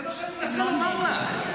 זה מה שאני מנסה לומר לך.